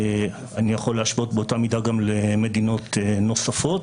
אני יכול להשוות באותה מידה גם למדינות נוספות